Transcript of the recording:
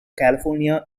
california